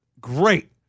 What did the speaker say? Great